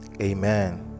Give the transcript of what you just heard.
Amen